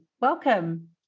Welcome